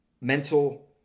mental